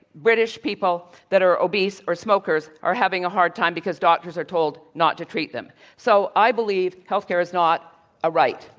british people that are obese or smokers are having a hard time because doctors are told not to treat them. so, i believe healthcare is not a right.